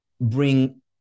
bring